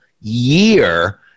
year